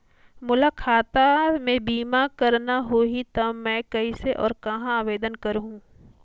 मोला खाता मे बीमा करना होहि ता मैं कइसे और कहां आवेदन करहूं?